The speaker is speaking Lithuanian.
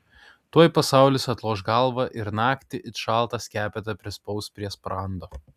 tuoj pasaulis atloš galvą ir naktį it šaltą skepetą prispaus prie sprando